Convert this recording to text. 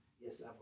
Yes